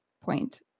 point